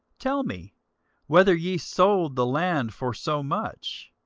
tell me whether ye sold the land for so much?